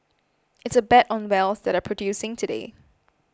it's a bet on wells that are producing today